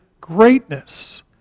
greatness